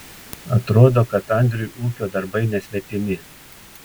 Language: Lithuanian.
atrodo kad andriui ūkio darbai nesvetimi